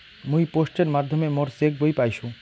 মুই পোস্টের মাধ্যমে মোর চেক বই পাইসু